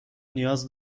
نیاز